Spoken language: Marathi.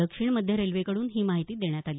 दक्षिण मध्य रेल्वेकड्रन ही माहिती देण्यात आली